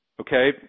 okay